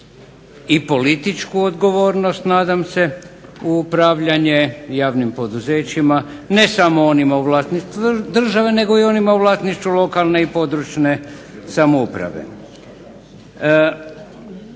i političku odgovornost, nadam se, u upravljanje javnim poduzećima ne samo onima u vlasništvu države nego i onima u vlasništvu lokalne i područne samouprave.